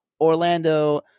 Orlando